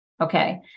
Okay